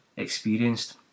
Experienced